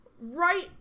right